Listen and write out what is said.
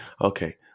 Okay